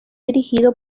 dirigido